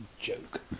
joke